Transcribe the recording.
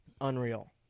unreal